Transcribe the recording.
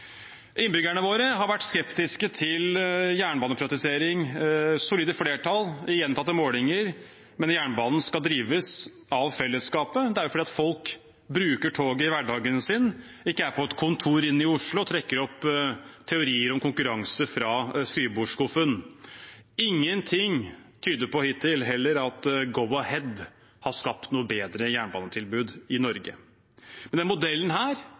Innbyggerne våre har vært skeptiske til jernbaneprivatisering. Solide flertall i gjentatte målinger mener jernbanen skal drives av fellesskapet. Det er jo fordi folk bruker toget i hverdagen sin og ikke er på et kontor inne i Oslo og trekker opp teorier om konkurranse fra skrivebordsskuffen. Ingenting tyder heller hittil på at Go-Ahead har skapt noe bedre jernbanetilbud i Norge. Men denne modellen